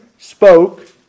spoke